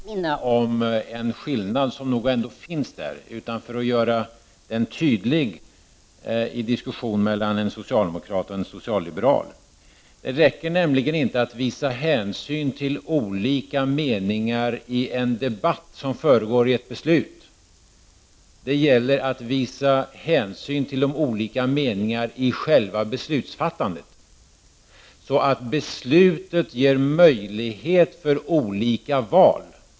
Herr talman! Jan Bergqvist säger att han och jag är överens om frihetsbegreppet. Det är inte för att mucka gräl som jag ändå vill fortsätta att påminna om en skillnad som nog ändå finns där, utan det är för att göra den tydlig i diskussionen mellan en socialdemokrat och en socialliberal. Det räcker nämligen inte att visa hänsyn till olika meningar i en debatt som föregår ett beslut. Det gäller att visa hänsyn till de olika meningarna i själva beslutsfattandet, så att beslutet ger möjlighet till olika val.